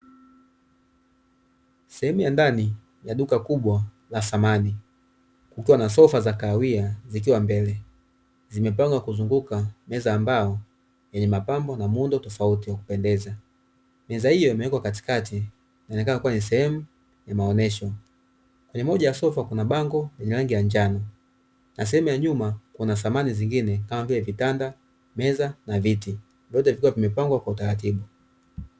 Sehemu ya ndani ya duka kubwa la samani kukiwa na sofa za kahawia zikiwa mbele zimepangwa kuzunguka meza ya mbao yenye mapambo na muundo mzuri wa kupendeza, meza hiyo imewekwa katikati inaonekana kuwa sehemu ya maonyesho, kwenye moja la sofa kuna bango lenye rangi ya njano na sehemu ya nyuma kuna samani nyingine kama vile vitanda, meza na viti vyote vikiwa vimepangwa kwa utaratibu.